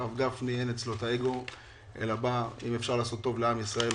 אבל לרב גפני אין את האגו אלא אם אפשר לעשות טוב לעם ישראל,